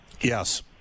Yes